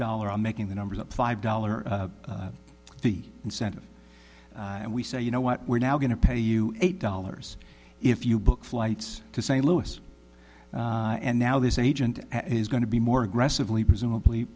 dollar i'm making the numbers up five dollars the incentive and we say you know what we're now going to pay you eight dollars if you book flights to st louis and now this agent is going to be more aggressively presumably